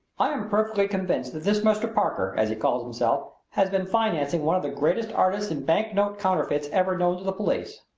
i am perfectly convinced that this mr. parker, as he calls himself, has been financing one of the greatest artists in banknote counterfeits ever known to the police.